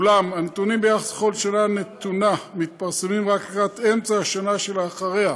אולם הנתונים ביחס לכל שנה נתונה מתפרסמים רק לקראת אמצע השנה שלאחריה,